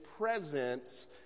Presence